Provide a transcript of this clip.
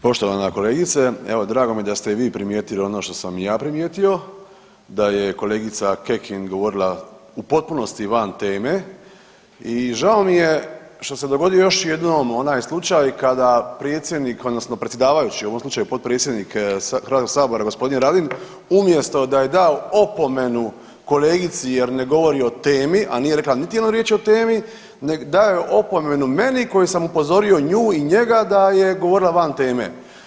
Poštovana kolegice, evo drago mi je da ste i vi primijetili ono što sam i ja primijetio da je kolegica Kekin govorila u potpunosti van teme i žao mi je što se dogodio još jednom onaj slučaj kada predsjednik, odnosno predsjedavajući u ovom slučaju potpredsjednik Hrvatskog sabora gospodin Radin umjesto da je dao opomenu kolegici jer ne govori o temi, a nije rekla niti jednu riječ o temi nego dao je opomenu meni koji sam upozorio nju i njega da je govorila van teme.